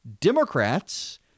Democrats